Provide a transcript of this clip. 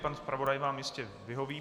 Pan zpravodaj vám jistě vyhoví.